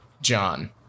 John